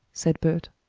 said bert.